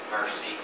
mercy